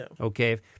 okay